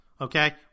Okay